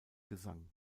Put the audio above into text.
gesang